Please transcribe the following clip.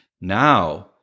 now